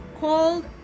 called